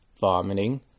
vomiting